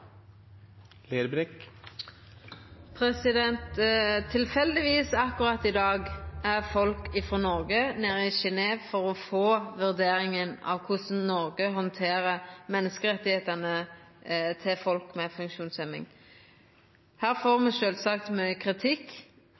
folk frå Noreg i Genève for å få ei vurdering av korleis Noreg handterer menneskerettane til folk med funksjonshemming. Der får me sjølvsagt mykje kritikk,